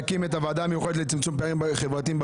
חברתיים בפריפריה",